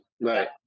Right